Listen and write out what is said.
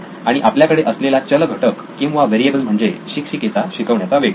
आणि आपल्याकडे असलेला चल घटक किंवा व्हेरिएबल म्हणजे शिक्षिकेचा शिकण्याचा वेग